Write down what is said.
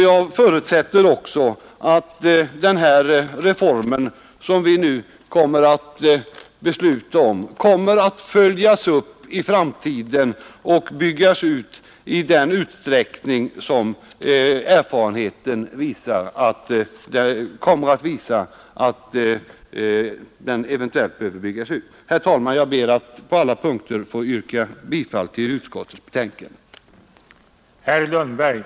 Jag förutsätter också att den reform som vi nu skall besluta om kommer att följas upp i framtiden och byggas ut i den utsträckning som erfarenheten visar att det behövs. Herr talman! Jag ber att på alla punkter få yrka bifall till utskottets hemställan.